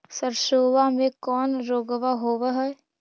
सरसोबा मे कौन रोग्बा होबय है?